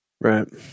Right